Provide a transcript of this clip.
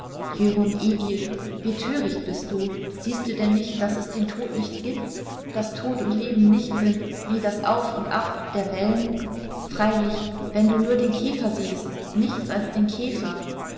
wie töricht bist du siehst du denn nicht daß es den tod nicht gibt daß tod und leben nichts sind wie das auf und ab der wellen freilich wenn du nur den käfer siehst nichts als den käfer